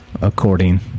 according